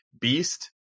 beast